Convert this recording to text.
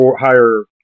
higher